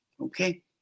Okay